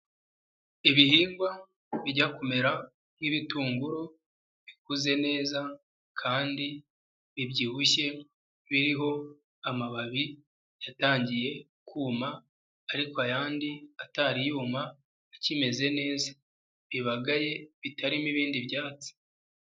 Ibihingwa bijya kumera nk'ibitunguru bikuze neza kandi bibyibushye biriho amababi yatangiye kuma ariko ayandi atari yuma akimeze neza, bibagaye bitarimo ibindi byatsi.